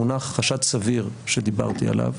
המונח חשד סביר שדיברתי עליו,